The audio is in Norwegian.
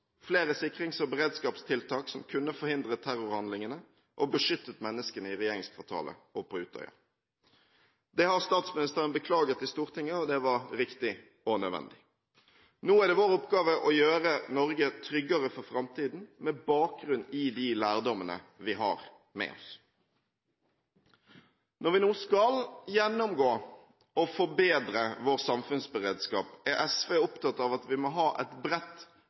flere sikrings- og beredskapstiltak som kunne ha forhindret terrorhandlingene og beskyttet menneskene i regjeringskvartalet og på Utøya. Det har statsministeren beklaget i Stortinget, og det var riktig og nødvendig. Nå er det vår oppgave å gjøre Norge tryggere for framtiden – med bakgrunn i de lærdommene vi har med oss. Når vi nå skal gjennomgå og forbedre vår samfunnsberedskap, er SV opptatt av at vi må ha et bredt